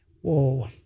Whoa